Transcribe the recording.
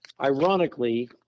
Ironically